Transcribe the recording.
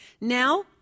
Now